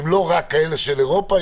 לא רק אלה שמשחקות באירופה,